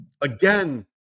Again